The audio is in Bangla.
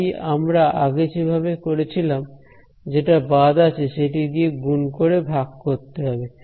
তাই আমরা আগে যেভাবে করেছিলাম যেটা বাদ আছে সেটি দিয়ে গুন করে ভাগ করতে হবে